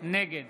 נגד